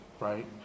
right